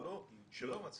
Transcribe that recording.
לא.